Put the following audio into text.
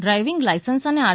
driving licence અને R